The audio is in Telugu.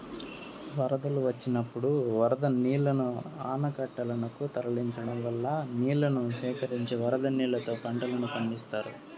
వరదలు వచ్చినప్పుడు వరద నీళ్ళను ఆనకట్టలనకు తరలించడం వల్ల నీళ్ళను సేకరించి వరద నీళ్ళతో పంటలను పండిత్తారు